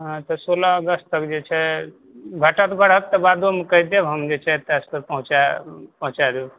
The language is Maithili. हँ तऽ सोलह अगस्त तक जे छै घटत बढ़त तऽ बादो मे कहि देब हम जे छै एतए सँ पहुँचा देब